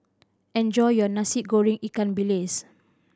enjoy your Nasi Goreng ikan bilis